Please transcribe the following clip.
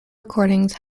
recordings